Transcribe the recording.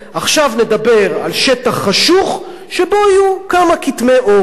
עכשיו נדבר על שטח חשוך שבו יהיו כמה כתמי אור.